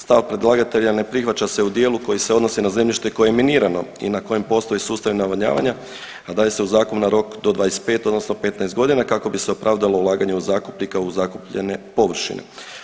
Stav predlagatelja ne prihvaća se u dijelu koji se odnosi na zemljište koje je minirano i na kojem postoji sustav navodnjavanje, a daje se u zakon na rok do 25 odnosno 15 godina kako bi se opravdano ulaganje zakupnika u zakupljene površine.